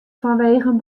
fanwegen